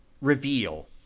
reveal